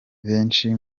benshi